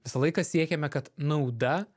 visą laiką siekiame kad nauda